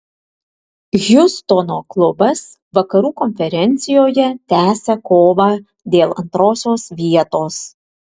hjustono klubas vakarų konferencijoje tęsia kovą dėl antrosios vietos